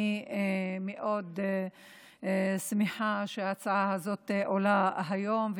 אני מאוד שמחה שההצעה הזאת עולה היום,